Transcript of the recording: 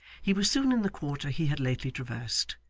he was soon in the quarter he had lately traversed,